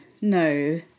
no